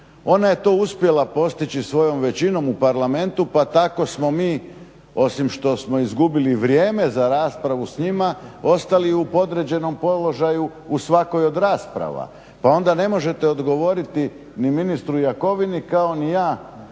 Ona je to uspjela postići svojom većinom u parlamentu pa tako smo mi osim što smo izgubili vrijeme za raspravu s njima ostali u podređenom položaju u svakoj od rasprava pa onda ne možete odgovoriti ni ministru Jakovinu, kao ni ja